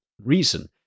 reason